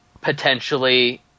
potentially